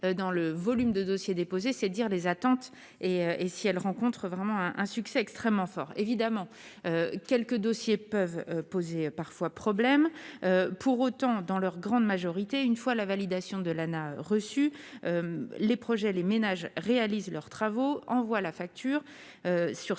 dans le volume de dossiers déposés, c'est dire les attentes et et si elle rencontre vraiment un un succès extrêmement fort évidemment quelques dossiers peuvent poser parfois problème pour autant dans leur grande majorité, une fois la validation de l'reçu les projets, les ménages réalisent leurs travaux envoie la facture sur ces